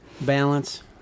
balance